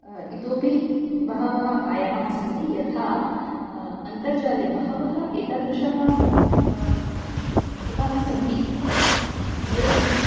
इतोऽपि बहवः आयामः सन्ति यथा अन्तर्जाले बहवः एतादृशः घटकाः सन्ति येन